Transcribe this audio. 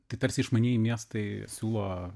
tai tarsi išmanieji miestai siūlo